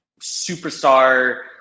superstar